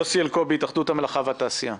יוסי אלקובי, התאחדות המלאכה והתעשייה.